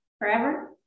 forever